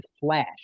flash